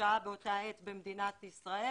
ששהה באותה עת במדינת ישראל,